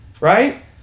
right